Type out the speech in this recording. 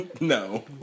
No